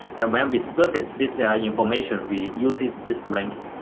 then when we surface this information, we use this this rank.